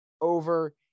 over